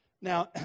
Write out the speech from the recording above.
Now